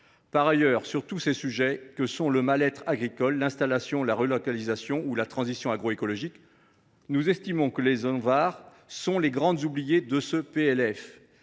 Par ailleurs, sur tous ces sujets que sont le mal être agricole, l’installation, la relocalisation ou la transition agroécologique, nous estimons que les organismes nationaux à vocation